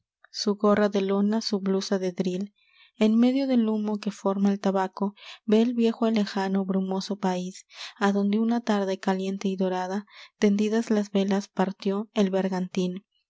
su gorra de lona su blusa de dril en medio del humo que forma el tabaco ve el viejo el lejano brumoso país a donde una tarde caliente y dorada tendidas las velas partió el bergantín